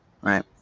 right